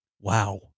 Wow